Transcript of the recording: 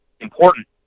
important